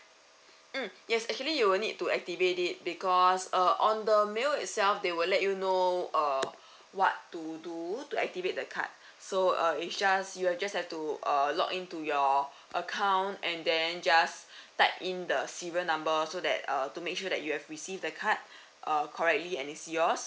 mm yes actually you will need to activate it because uh on the a mail itself they will let you know uh what to do to activate the card so uh it's just you've just have to err log into your account and then just type in the serial number so that uh to make sure that you've received the card uh correctly and is yours